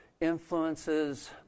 influences